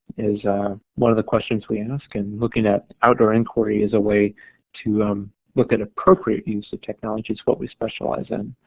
is one of the questions we ask and looking at outdoor inquiry is a way to um look at appropriate use of technologies what we specialize in.